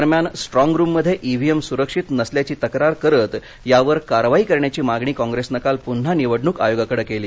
दरम्यान स्ट्रॉंग रुममधे इव्हीएम सुरक्षित नसल्याची तक्रार करत यावर कारवाई करण्याची मागणी काँप्रेसनं काल पन्हा निवडणुक आयोगाकडे केली